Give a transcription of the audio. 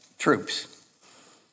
Troops